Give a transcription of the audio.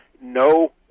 no